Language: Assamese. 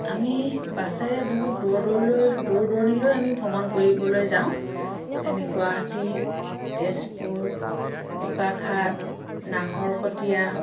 আমি বাছেৰে বহুত দূৰ দূৰলৈ দূৰ দূৰণিলৈ আমি ভ্ৰমণ কৰিবলৈ যাওঁ যেনে গুৱাহাটী তেজপুৰ বোকাখাট নাহৰকটীয়া